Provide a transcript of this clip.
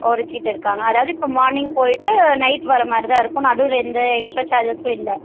ஒரு கிட் இருக்காங்க அதாவது இப்போ மார்னிங் போயிட்டு நைட் வர மாதிரிதான் இருக்கும் நடுவில் எந்த எக்ஸ்ட்ரா சார்ஜஸ்ஸும் இல்லை